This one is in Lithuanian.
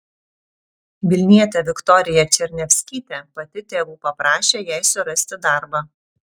vilnietė viktorija černiavskytė pati tėvų paprašė jai surasti darbą